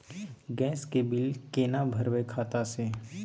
Gas के bill केना भरबै खाता से?